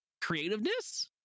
creativeness